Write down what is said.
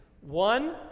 One